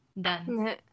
Done